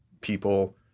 people